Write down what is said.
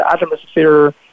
atmosphere